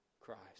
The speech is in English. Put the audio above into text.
Christ